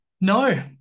No